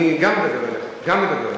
אני גם מדבר אליך, גם מדבר אליך.